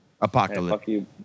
apocalypse